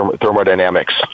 thermodynamics